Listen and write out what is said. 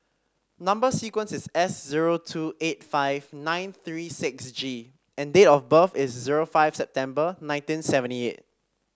number sequence is S zero two eight five nine three six G and date of birth is zero five September nineteen seventy eight